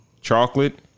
chocolate